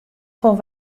foar